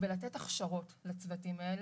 בלתת הכשרות לצוותים האלה.